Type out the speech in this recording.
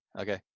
Okay